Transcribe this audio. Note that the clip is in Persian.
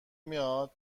میاد